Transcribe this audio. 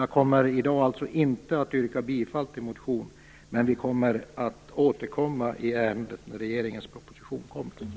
Jag kommer i dag alltså inte att yrka bifall till motionen, men vi återkommer i ärendet när regeringens proposition läggs fram.